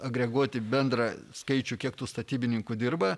agreguoti bendrą skaičių kiek tų statybininkų dirba